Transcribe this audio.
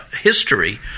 history